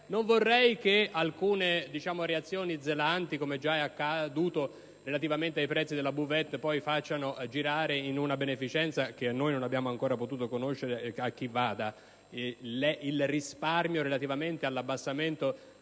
Non vorrei che alcune reazioni zelanti (come già è accaduto relativamente ai prezzi della *buvette*) poi facciano girare in una beneficenza, che noi non abbiamo ancora potuto conoscere a chi vada, il risparmio relativamente all'abbassamento